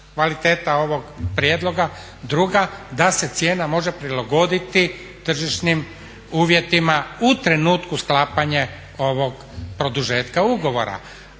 kvaliteta ovog prijedloga, druga da se cijena može prilagoditi tržišnim uvjetima u trenutku sklapanja ovog produžetka ugovora.